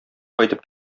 кайтып